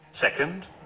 Second